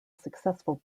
successful